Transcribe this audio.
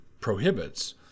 prohibits